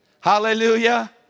hallelujah